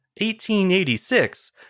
1886